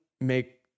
make